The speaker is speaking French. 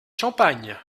champagne